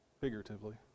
figuratively